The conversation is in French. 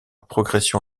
progression